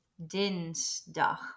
dinsdag